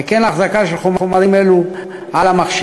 וכן החזקה של חומרים אלה במחשב,